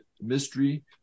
mystery